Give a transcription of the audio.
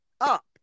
up